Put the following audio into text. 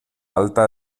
alta